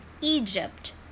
Egypt